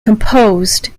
composed